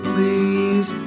Please